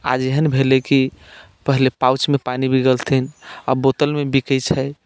आज एहन भेलै कि पहिले पाउचमे पानि बिकेलथिन आब बोतलमे बिकैत छै